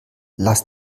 lass